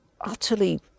utterly